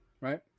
right